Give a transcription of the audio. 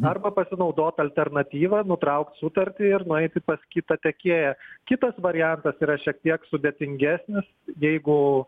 arba pasinaudot alternatyva nutraukt sutartį ir nueiti pas kitą tiekėją kitas variantas yra šiek tiek sudėtingesnis jeigu